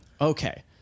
Okay